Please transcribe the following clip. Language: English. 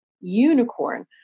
Unicorn